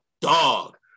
dog